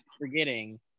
forgetting